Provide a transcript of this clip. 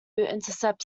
intercept